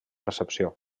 recepció